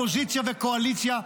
אופוזיציה וקואליציה,